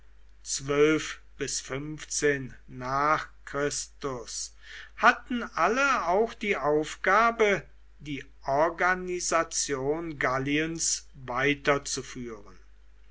bis nach chr hatten alle auch die aufgabe die organisation galliens